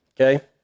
okay